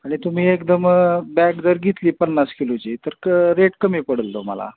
आणि तुम्ही एकदम बॅग जर घेतली पन्नास किलोची तर क रेट कमी पडेल तुम्हाला